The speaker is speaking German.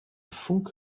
funke